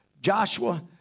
Joshua